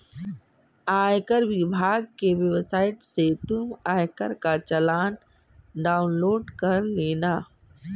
आयकर विभाग की वेबसाइट से तुम आयकर का चालान डाउनलोड कर लेना